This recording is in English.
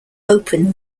open